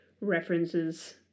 references